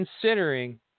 considering